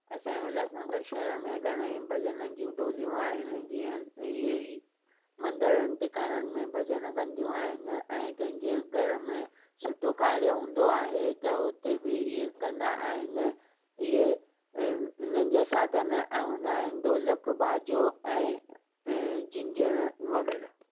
असांजे उल्हासनगर शहर में घणे ई भॼननि जूं टोलियूं आहिनि जीअं हीअ ई मंदरनि टिकाणनि में भॼन कंदियूं आहिनि ऐं कंहिंजे घर में सुठो कार्य हूंदो आहे त हुते बि इहा कंदा आहिनि इहे इन्हनि जा साधन ऐं उन आहिनि ढोलक बाजो ऐं झिंझण वग़ैरह